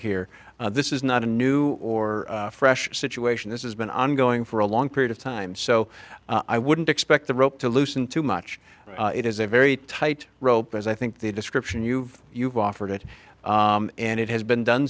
here this is not a new or fresh situation this has been ongoing for a long period of time so i wouldn't expect the rope to loosen too much it is a very tight rope as i think the description you've you've offered it and it has been done